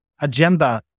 agenda